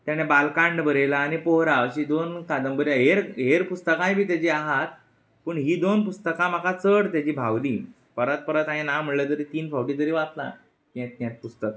तेणें बालकांड बरयलां आनी पोहरा अशीं दोन कादंबऱ्यो हाय हेर हेर पुस्तकांय बी तेचीं आहात पूण हीं दोन पुस्तकां म्हाका चड तेची भावलीं परत परत हांयें ना म्हटलेंय तरी तीन फावटी तरी वाचलां हें तें पुस्तक